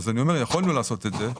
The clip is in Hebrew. אני אומר שיכולנו לעשות את זה.